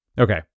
Okay